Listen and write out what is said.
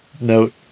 note